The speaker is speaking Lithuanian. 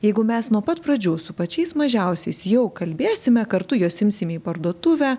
jeigu mes nuo pat pradžių su pačiais mažiausiais jau kalbėsime kartu juos imsime į parduotuvę